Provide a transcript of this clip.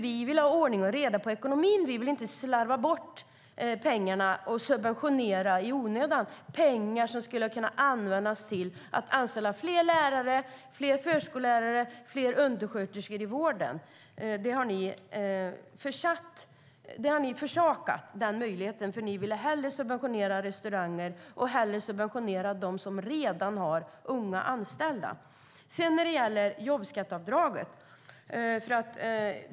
Vi vill ha ordning och reda i ekonomin och inte slarva bort pengarna och subventionera i onödan - pengar som skulle kunna användas till att anställa fler lärare, fler förskollärare och fler undersköterskor i vården. Den möjligheten har ni försakat, för ni vill hellre subventionera restauranger och hellre subventionera dem som redan har unga anställda. Så till jobbskatteavdraget.